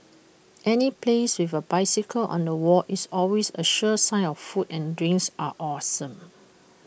any place with A bicycle on the wall is always A sure sign of food and drinks are awesome